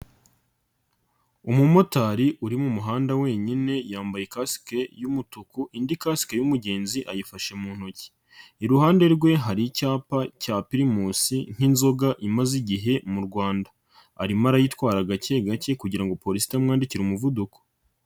Umumotari uri mu muhanda wenyine yambaye kasike y'umutuku indi kasike y'umugenzi ayifashe mu ntoki, iruhande rwe hari icyapa cya Pirimusi nk'inzoga imaze igihe mu Rwanda, arim arayitwara gakegake kugira ngo polisi itamwandikira umuvuduko.